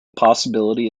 possibility